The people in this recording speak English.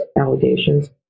allegations